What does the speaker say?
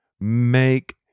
Make